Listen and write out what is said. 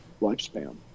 lifespan